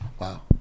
wow